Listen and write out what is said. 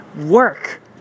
work